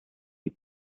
die